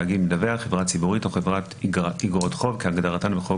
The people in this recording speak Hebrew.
"תאגיד מדווח" חברה ציבורית או חברת איגרות חוב כהגדרתן בחוק